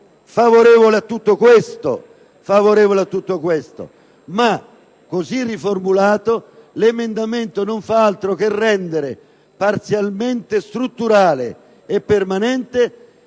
favorevole a tutto questo. Così riformulato, l'emendamento non fa altro che rendere parzialmente strutturale e permanente